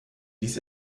ließ